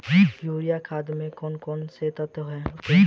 Urea खाद में कौन कौन से तत्व होते हैं?